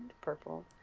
purple